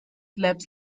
laps